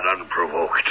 unprovoked